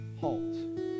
halt